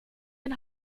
den